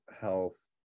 health